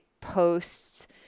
posts